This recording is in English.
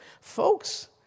folks